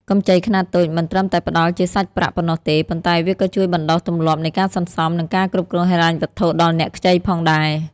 កម្ចីខ្នាតតូចមិនត្រឹមតែផ្ដល់ជាសាច់ប្រាក់ប៉ុណ្ណោះទេ ប៉ុន្តែវាក៏ជួយបណ្ដុះទម្លាប់នៃការសន្សំ និងការគ្រប់គ្រងហិរញ្ញវត្ថុដល់អ្នកខ្ចីផងដែរ។